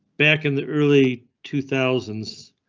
back in the early two thousand s.